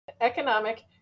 economic